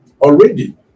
Already